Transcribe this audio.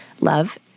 Love